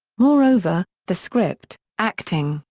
moreover, the script, acting,